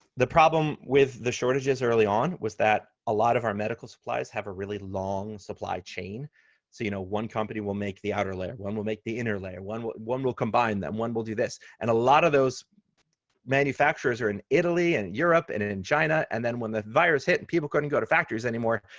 the problem with the shortages early on was that a lot of our medical supplies have a really long supply chain, so you know one company will make the outer layer one will make the inner layer one will one will combine them, and one will do this. a lot of those manufacturers are in italy, and europe, and in china, and then when the virus hit and people couldn't go to factories anymore,